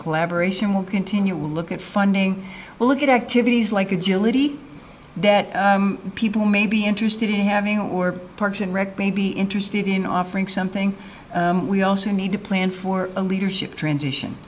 collaboration will continue we'll look at funding look at activities like agility that people may be interested in having or parks and rec may be interested in offering something we also need to plan for a leadership transition